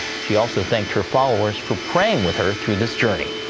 she also thanked her followers for praying with her through this journey.